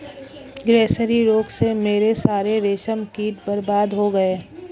grasserie रोग से मेरे सारे रेशम कीट बर्बाद हो गए